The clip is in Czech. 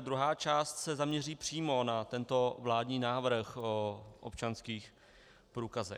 druhá část se zaměří přímo na tento vládní návrh o občanských průkazech.